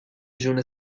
جون